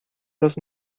los